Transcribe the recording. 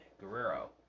Guerrero